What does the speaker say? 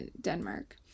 Denmark